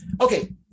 okay